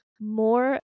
more